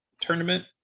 Tournament